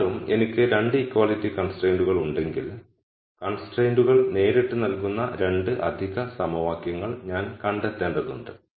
എന്നിരുന്നാലും എനിക്ക് 2 ഇക്വാളിറ്റി കൺസ്ട്രൈന്റുകൾ ഉണ്ടെങ്കിൽ കൺസ്ട്രൈന്റുകൾ നേരിട്ട് നൽകുന്ന 2 അധിക സമവാക്യങ്ങൾ ഞാൻ കണ്ടെത്തേണ്ടതുണ്ട്